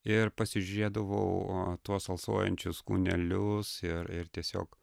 ir pasižiūrėdavau tuos alsuojančius kūnelius ir ir tiesiog